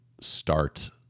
start